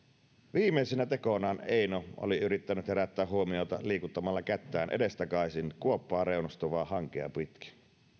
viimeisenä tekonaan eino oli yrittänyt herättää huomiota liikuttamalla kättään edestakaisin kuoppaa reunustavaa hankea pitkin